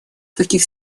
таких